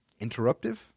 interruptive